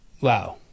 wow